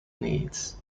needs